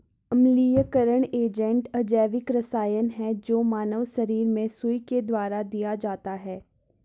अम्लीयकरण एजेंट अजैविक रसायन है जो मानव शरीर में सुई के द्वारा दिया जाता है